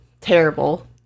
terrible